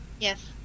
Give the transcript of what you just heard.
yes